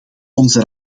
onze